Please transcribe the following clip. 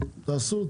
תעשו,